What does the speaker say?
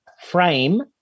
frame